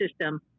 system